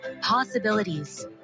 possibilities